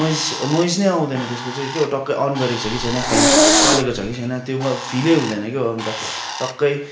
noise noise नै आउँदैन त्यसको चाहिँ क्या टक्कै अन् गरेको छ कि छैन फ्यान चलेको छ कि छैन त्यो अब फिल हुँदैन क्या अन्त टक्कै